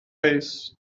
face